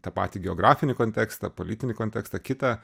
tą patį geografinį kontekstą politinį kontekstą kitą